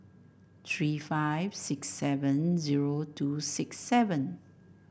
three five six seven zero two six seven